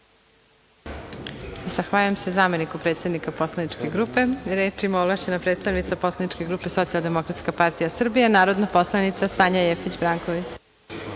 Zahvaljujem se zameniku predsednika poslaničke grupe. Reč ima ovlašćena predstavnica Poslaničke grupe Socijaldemokratska partija Srbije, narodna poslanica Sanja Jefić Branković.